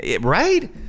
right